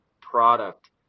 product